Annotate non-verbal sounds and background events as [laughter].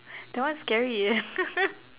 that one scary eh [laughs]